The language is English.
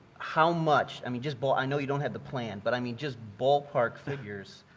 how much, i mean just ball i know you don't have the plan but i mean just ballpark figures,